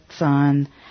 on